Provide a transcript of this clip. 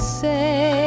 say